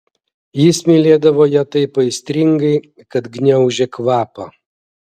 jis mylėdavo ją taip aistringai kad gniaužė kvapą